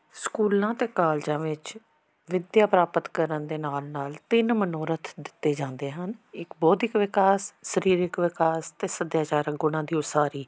ਸਕੂਲਾਂ ਅਤੇ ਕਾਲਜਾਂ ਵਿੱਚ ਵਿੱਦਿਆ ਪ੍ਰਾਪਤ ਕਰਨ ਦੇ ਨਾਲ ਨਾਲ ਤਿੰਨ ਮਨੋਰਥ ਦਿੱਤੇ ਜਾਂਦੇ ਹਨ ਇੱਕ ਬੌਧਿਕ ਵਿਕਾਸ ਸਰੀਰਕ ਵਿਕਾਸ ਅਤੇ ਸੱਦਿਆਚਾਰਕ ਗੁਣਾਂ ਦੀ ਉਸਾਰੀ